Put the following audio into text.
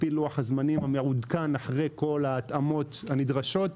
על-פי לוח הזמנים המעודכן אחרי כל ההתאמות הנדרשות,